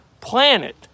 planet